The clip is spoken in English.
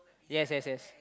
yes yes yes